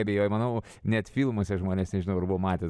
abejoju manau net filmuose žmonės nebuvo matę